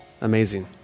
Amazing